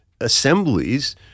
assemblies